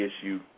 issue